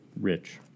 rich